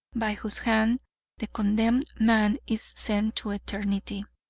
by whose hand the condemned man is sent to eternity.